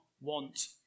want